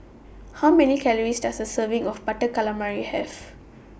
How Many Calories Does A Serving of Butter Calamari Have